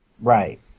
Right